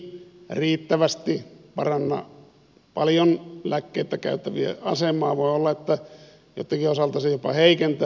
tämä ei riittävästi paranna paljon lääkkeitä käyttävien asemaa voi olla että joittenkin osalta se jopa heikentää sitä